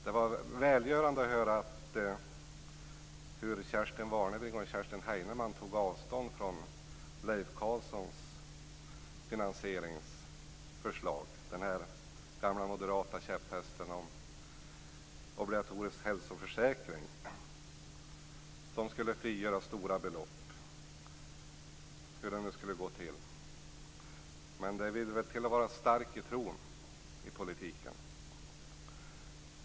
Det var välgörande att höra Kerstin Warnerbring och Kerstin Heinemann ta avstånd från Leif Carlsons finansieringsförslag, dvs. den gamla moderata käpphästen om obligatorisk hälsoförsäkring som skall frigöra stora belopp. Hur nu det skall gå till? Men det vill väl till att vara stark i tron i politiken.